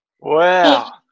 wow